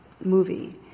movie